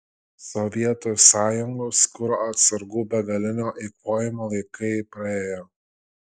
sovietų sąjungos kuro atsargų begalinio eikvojimo laikai praėjo